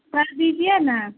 کر دیجیے نا